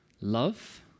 Love